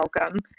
welcome